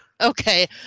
Okay